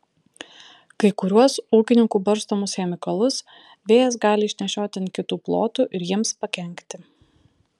kai kuriuos ūkininkų barstomus chemikalus vėjas gali išnešioti ant kitų plotų ir jiems pakenkti